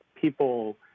people